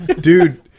Dude